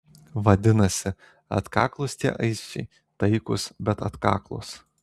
vadinasi atkaklūs tie aisčiai taikūs bet atkaklūs